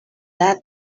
edad